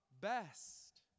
best